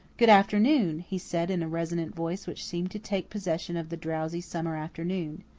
good afternoon, he said in a resonant voice which seemed to take possession of the drowsy summer afternoon.